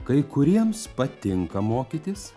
kai kuriems patinka mokytis